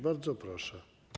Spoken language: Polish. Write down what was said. Bardzo proszę.